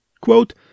Quote